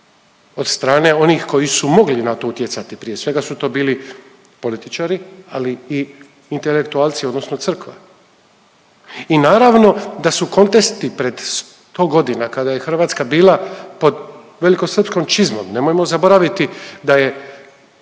od strane onih koji su mogli na to utjecati, prije svega su to bili političari, ali i intelektualci odnosno crkva i naravno da su kontesti pred 100.g. kada je Hrvatska bila pod velikosrpskom čizmom, nemojmo zaboraviti da je